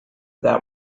that